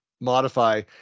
modify